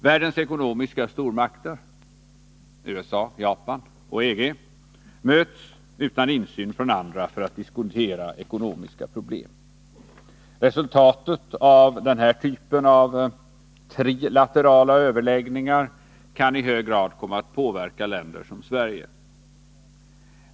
Världens ekonomiska stormakter — USA, Japan och EG — möts utan insyn från andra för att diskutera ekonomiska problem. Resultaten av den här typen av trilaterala överläggningar kan i hög grad komma att påverka länder som Sverige.